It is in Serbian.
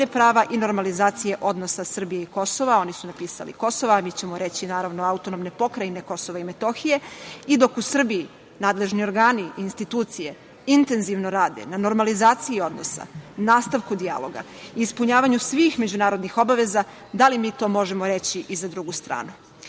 prava i normalizacije odnosa Srbije i Kosova, oni su napisali Kosova, a mi ćemo reći naravno AP Kosovo i Metohija, i dok u Srbiji nadležni organi i institucije intenzivno rade na normalizaciji odnosa, nastavku dijaloga, ispunjavanju svih međunarodnih obaveza, da li mi to možemo reći i za drugu stranu?